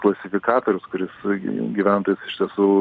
klasifikatorius kuris gyventojus iš tiesų